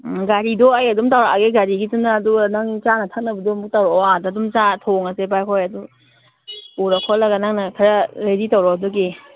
ꯎꯝ ꯒꯥꯔꯤꯗꯣ ꯑꯩ ꯑꯗꯨꯝ ꯇꯧꯔꯛꯑꯒꯦ ꯒꯥꯔꯤꯒꯤꯗꯨꯅ ꯑꯗꯨꯒ ꯅꯪ ꯆꯥꯅ ꯊꯛꯅꯕꯗꯣ ꯑꯃꯨꯛ ꯇꯧꯔꯛꯑꯣ ꯑꯥꯗ ꯑꯗꯨꯝ ꯆꯥꯔ ꯊꯣꯡꯉꯁꯦ ꯚꯥꯏ ꯑꯩꯈꯣꯏ ꯑꯗꯨ ꯄꯨꯔ ꯈꯣꯠꯂꯒ ꯅꯪꯅ ꯈꯔ ꯔꯦꯗꯤ ꯇꯧꯔꯣ ꯑꯗꯨꯒꯤ